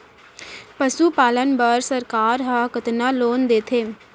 पशुपालन बर सरकार ह कतना लोन देथे?